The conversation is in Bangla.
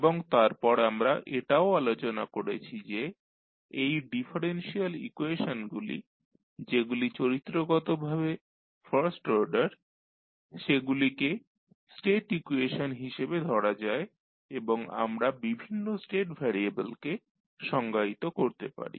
এবং তারপর আমরা এটাও আলোচনা করেছি যে এই ডিফারেনশিয়াল ইকুয়েশনগুলি যেগুলি চরিত্রগতভাবে ফার্স্ট অর্ডার সেগুলিকে স্টেট ইকুয়েশন হিসাবে ধরা যায় এবং আমরা বিভিন্ন স্টেট ভ্যারিয়েবলকে সংজ্ঞায়িত করতে পারি